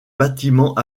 bâtiment